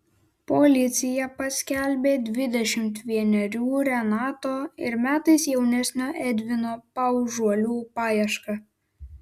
policija paskelbė dvidešimt vienerių renato ir metais jaunesnio edvino paužuolių paiešką